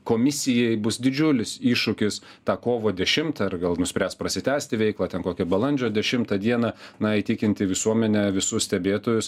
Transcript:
komisijai bus didžiulis iššūkis tą kovo dešimtą ir gal nuspręs prasitęsti veiklą ten kokią balandžio dešimtą dieną na įtikinti visuomenę visus stebėtojus